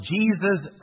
Jesus